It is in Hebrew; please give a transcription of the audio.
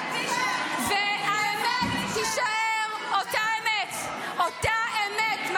והאמת תישאר אותה אמת, אותה אמת.